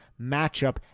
matchup